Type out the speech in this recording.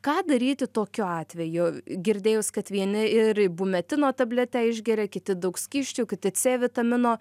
ką daryti tokiu atveju girdėjus kad vieni ir ibumetino tabletę išgeria kiti daug skysčių kiti c vitamino